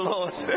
Lord